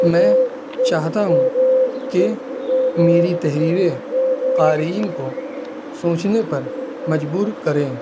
میں چاہتا ہوں کہ میری تحریریں قارئین کو سوچنے پر مجبور کریں